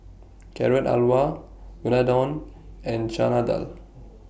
Carrot Halwa Unadon and Chana Dal